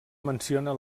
menciona